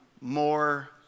more